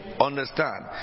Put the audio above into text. Understand